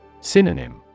Synonym